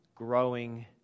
Growing